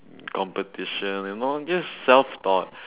competition and all I'm all just self taught